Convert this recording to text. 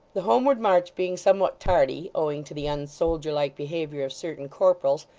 the homeward march being somewhat tardy owing to the un-soldierlike behaviour of certain corporals,